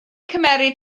cymryd